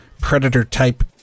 predator-type